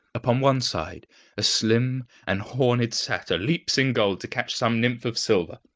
upon one side a slim and horned satyr leaps in gold to catch some nymph of silver.